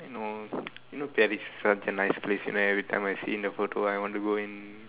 no you know Paris is such a nice place every time I see the photo I want to go and